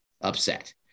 upset